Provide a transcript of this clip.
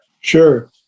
Sure